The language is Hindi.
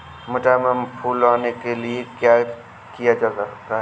मटर में फूल आने के लिए क्या किया जा सकता है?